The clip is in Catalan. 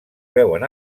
veuen